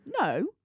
No